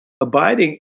abiding